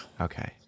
Okay